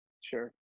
Sure